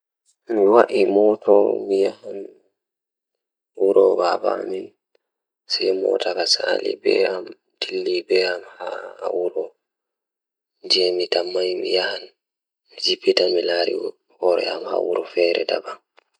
Ko njam ko fowru njamaaji ɗum sabu miɗo njiddaade sabu fiyaangu ngal, sabu goɗɗo rewɓe ngal ngal goɗɗo njiddaade. Mi njiddaade njamaaji ngal sabu rewɓe ngal.